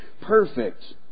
perfect